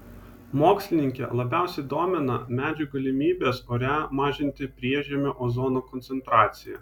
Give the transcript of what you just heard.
mokslininkę labiausiai domina medžių galimybės ore mažinti priežemio ozono koncentraciją